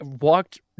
walked